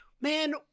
man